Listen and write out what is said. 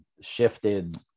shifted